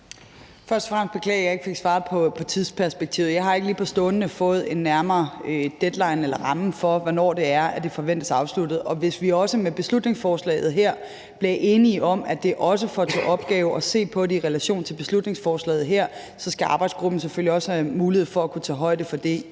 Først og fremmest vil jeg beklage, at jeg ikke fik svaret på spørgsmålet om tidsperspektivet. Jeg har ikke lige på stående fod en nærmere deadline eller ramme for, hvornår det forventes afsluttet. Og hvis vi også her bliver enige om, at arbejdsgruppen får til opgave at se på det i relation til beslutningsforslaget her, så skal de selvfølgelig også have mulighed for at kunne tage højde for det